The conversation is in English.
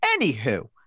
anywho